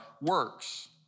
works